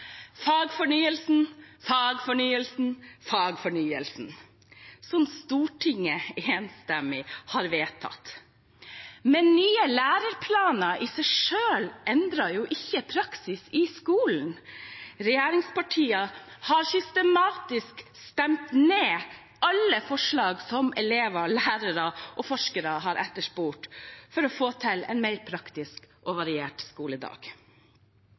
fagfornyelsen, fagfornyelsen, fagfornyelsen, som Stortinget har vedtatt. Men nye læreplaner i seg selv endrer ikke praksis i skolen. Regjeringspartiene har systematisk stemt ned alle forslag som elever, lærere og forskere har etterspurt for å få til en mer praktisk og variert skoledag.